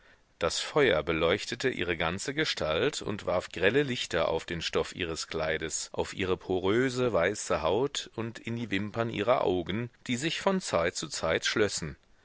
das feuer beleuchtete ihre ganze gestalt und warf grelle lichter auf den stoff ihres kleides auf ihre poröse weiße haut und in die wimpern ihrer augen die sich von zeit zu zeit schlössen